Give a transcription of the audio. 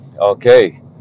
Okay